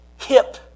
hip